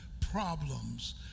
problems